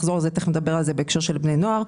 בהמשך נחזור לזה ונדבר על זה בהקשר של בני נוער.